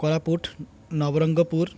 Koraput Nabarangpur